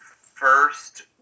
first